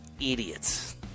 idiots